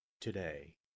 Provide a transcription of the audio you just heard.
today